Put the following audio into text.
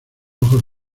ojos